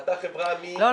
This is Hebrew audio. אתה חברה מכורדיסטאן -- לא,